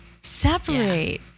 separate